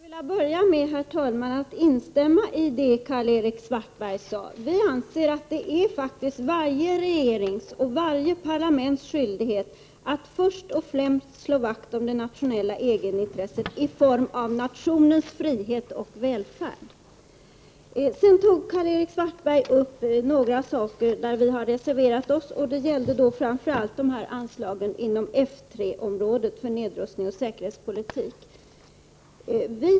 Herr talman! Jag skulle vilja börja med att instämma i det Karl-Erik Svartberg sade. Vi moderater anser att det är varje regerings och varje parlaments skyldighet att först och främst slå vakt om det nationella egenintresset i form av nationens frihet och välfärd. Karl-Erik Svartberg tog sedan upp några saker där vi har reserverat oss, och det gällde framför allt anslagen inom F 3-området för nedrustning och säkerhetspolitik.